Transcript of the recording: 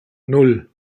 nan